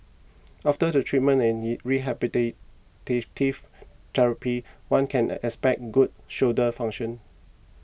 after the treatment and in rehabilitative therapy one can expect good shoulder function